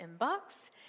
inbox